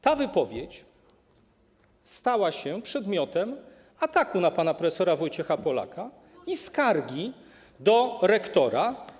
Ta wypowiedź stała się przedmiotem ataku na pana prof. Wojciecha Polaka i skargi do rektora.